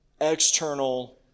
external